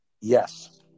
Yes